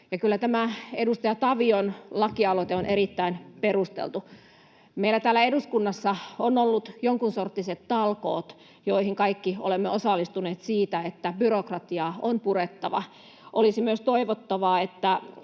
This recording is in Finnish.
Kyllä tämä edustaja Tavion lakialoite on erittäin perusteltu. Meillä täällä eduskunnassa on ollut jonkunsorttiset talkoot, joihin kaikki olemme osallistuneet, siitä että byrokratiaa on purettava. Olisi myös toivottavaa, että